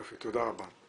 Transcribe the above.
יופי, תודה רבה.